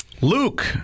Luke